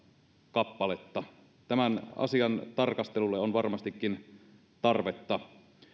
kappaletta tämän asian tarkastelulle on varmastikin tarvetta